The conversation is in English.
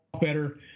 better